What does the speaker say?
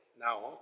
now